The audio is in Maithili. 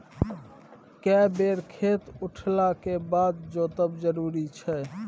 के बेर खेत उठला के बाद जोतब जरूरी छै?